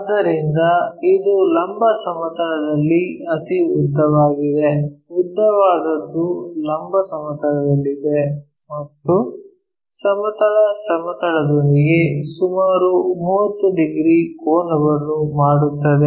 ಆದ್ದರಿಂದ ಇದು ಲಂಬ ಸಮತಲದಲ್ಲಿ ಅತಿ ಉದ್ದವಾಗಿದೆ ಉದ್ದವಾದದ್ದು ಲಂಬ ಸಮತಲದಲ್ಲಿದೆ ಮತ್ತು ಸಮತಲ ಸಮತಲದೊಂದಿಗೆ ಸುಮಾರು 30 ಡಿಗ್ರಿ ಕೋನವನ್ನು ಮಾಡುತ್ತದೆ